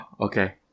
okay